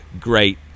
great